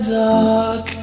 dark